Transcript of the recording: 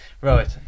Right